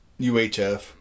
UHF